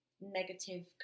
negative